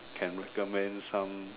can recommend some